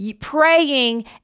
praying